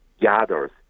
gathers